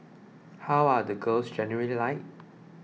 how are the girls generally like